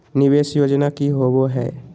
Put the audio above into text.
निवेस योजना की होवे है?